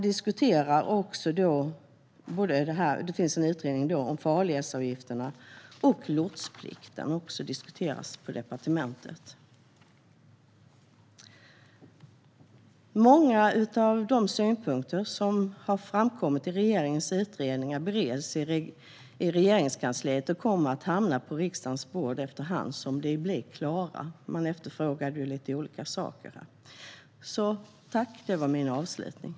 Det finns en utredning om farledsavgifterna och om lotsplikten, vilket diskuteras på departementet. Många av de synpunkter som har framkommit i regeringens utredningar bereds i Regeringskansliet, och förslagen kommer att hamna på riksdagens bord efterhand som de blir klara. Det var ju lite olika saker som tidigare efterfrågades här.